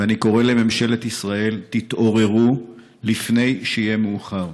ואני קורא לממשלת ישראל: תתעוררו לפני שיהיה מאוחר.